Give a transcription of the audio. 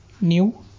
new